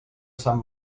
sant